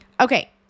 Okay